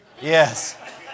Yes